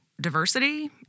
diversity